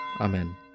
Amen